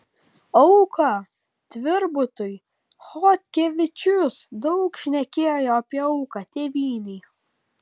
auka tvirbutui chodkevičius daug šnekėjo apie auką tėvynei